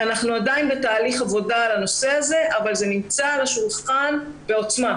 אנחנו עדיין בתהליך עבודה על הנושא הזה אבל הוא נמצא על השולחן בעוצמה.